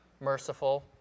merciful